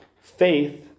Faith